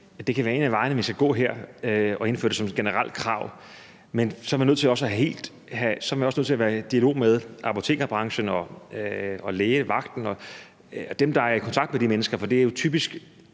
det kan være en af vejene, vi skal gå her, altså at indføre det som et generelt krav. Men så er man nødt til også at være i dialog med apotekerbranchen og lægevagten og dem, der er i kontakt med de mennesker.